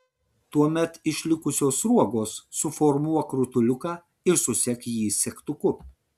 tuomet iš likusios sruogos suformuok rutuliuką ir susek jį segtuku